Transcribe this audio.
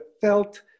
felt